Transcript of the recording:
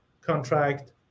contract